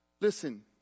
Listen